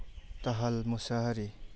Dahal Mushahary